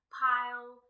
pile